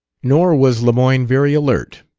nor was lemoyne very alert.